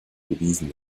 bewiesen